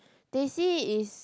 teh C is